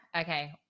Okay